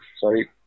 Sorry